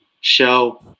show